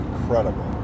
incredible